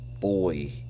boy